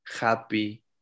happy